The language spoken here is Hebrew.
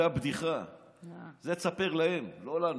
זאת הבדיחה, את זה תספר להם, לא לנו.